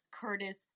Curtis